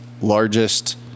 largest